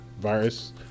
virus